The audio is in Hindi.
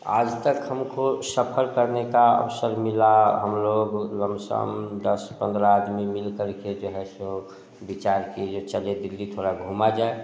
आजतक हमको सफल करने का अवसर मिला हम लोग लमसम दस पंद्रह आदमी मिल करके जो है सो विचार किए चले दिल्ली थोड़ा घूमा जाए